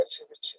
activity